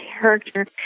character